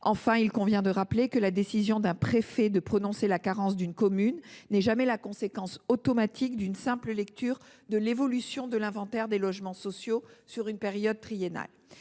Enfin, il convient de rappeler que la décision d’un préfet de prononcer la carence d’une commune n’est jamais la conséquence automatique d’une simple lecture de l’évolution de l’inventaire des logements sociaux sur une période triennale.